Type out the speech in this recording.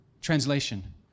Translation